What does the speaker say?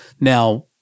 Now